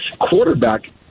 quarterback